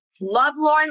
lovelorn